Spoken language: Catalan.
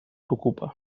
preocupa